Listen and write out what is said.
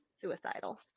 suicidal